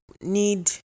need